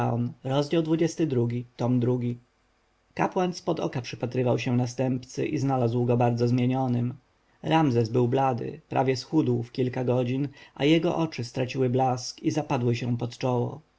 po mentezufisa kapłan z pod oka przypatrzył się następcy i znalazł go bardzo zmienionym ramzes był blady prawie schudł w kilka godzin a jego oczy straciły blask i zapadły się pod czoło